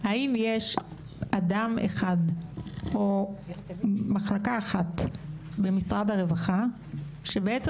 האם יש אדם אחד או מחלקה אחת במשרד הרווחה שבעצם